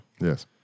Yes